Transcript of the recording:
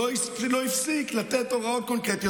לא הפסיק לתת הוראות קונקרטיות,